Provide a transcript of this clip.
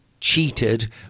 cheated